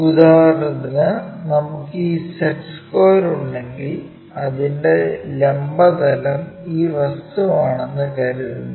ഉദാഹരണത്തിന് നമുക്ക് ഈ സെറ്റ് സ്ക്വയർ ഉണ്ടെങ്കിൽ അതിന്റെ ലംബ തലം ഈ വസ്തുവാണെന്ന് കരുതുന്നു